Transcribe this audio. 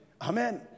Amen